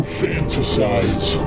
fantasize